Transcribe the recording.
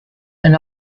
and